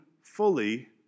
fully